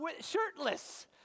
shirtless